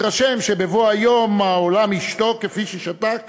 התרשם שבבוא היום העולם ישתוק כפי ששתק